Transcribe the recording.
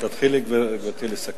ואיזה אינטרסים זה משרת.